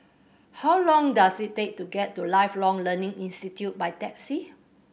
how long does it take to get to Lifelong Learning Institute by taxi